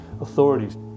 authorities